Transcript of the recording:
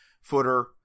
footer